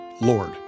Lord